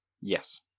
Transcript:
Yes